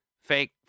fake